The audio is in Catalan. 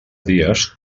dies